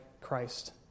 Christ